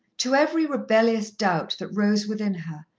to every rebellious doubt that rose within her,